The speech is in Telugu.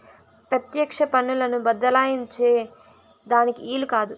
పెత్యెక్ష పన్నులను బద్దలాయించే దానికి ఈలు కాదు